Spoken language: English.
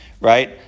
right